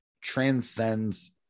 transcends